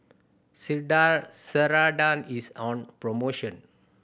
Ceradan is on promotion